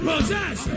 Possess